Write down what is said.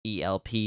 ELP